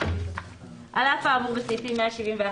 179ד. (א)על אף האמור בסעיפים 171,